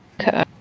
Okay